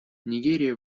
нигерия